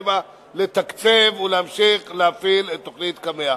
לתקצב ולהמשיך להפעיל את תוכנית קמ"ע.